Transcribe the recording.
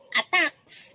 attacks